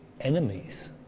enemies